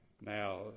Now